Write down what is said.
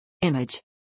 Image